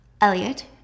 Elliot